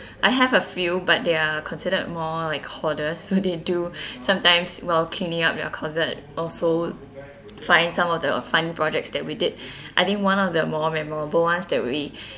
I have a few but they are considered more like hoarders so they do sometimes while cleaning up their closet also find some of the funny projects that we did I think one of the more memorable ones that we